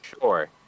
sure